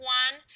one